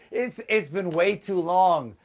it's it's been way too long!